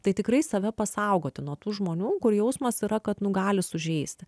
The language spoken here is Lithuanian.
tai tikrai save pasaugoti nuo tų žmonių kur jausmas yra kad nu gali sužeisti